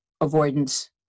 avoidance